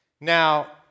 Now